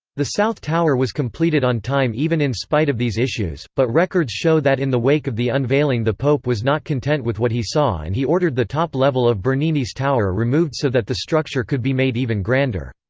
the south tower was completed on time even in spite of these issues, but records show that in the wake of the unveiling the pope was not content with what he saw and he ordered the top level of bernini's tower removed so that the structure could be made even grander.